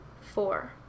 four